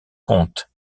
compte